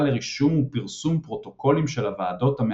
לרישום ופרסום פרוטוקולים של הוועדות המאתרות.